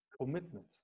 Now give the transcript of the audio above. commitment